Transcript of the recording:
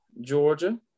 Georgia